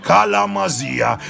Kalamazia